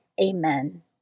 Amen